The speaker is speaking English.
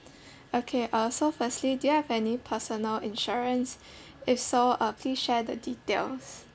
okay uh so firstly do you have any personal insurance if so uh please share the details